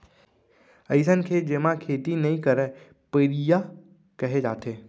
अइसन खेत जेमा खेती नइ करयँ परिया कहे जाथे